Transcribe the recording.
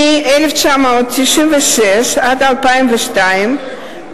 מ-1996 עד 2002,